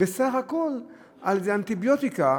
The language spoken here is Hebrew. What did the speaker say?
בסך הכול על איזה אנטיביוטיקה